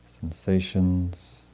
sensations